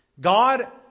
God